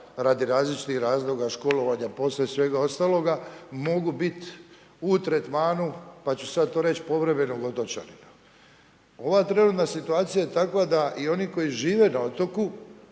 radi različitih razloga školovanje, poslije svega ostaloga, mogu biti u tretmanu pa ću sad reć povremenog otočanina. Ova trenutna situacija je takva da i oni koji žive na otoku